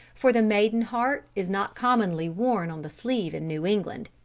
for the maiden heart is not commonly worn on the sleeve in new england.